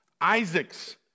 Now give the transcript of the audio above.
Isaac's